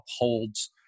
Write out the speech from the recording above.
upholds